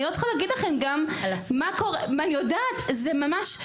אני לא צריכה להגיד לכם היא יודעת תראה,